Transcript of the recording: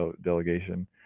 delegation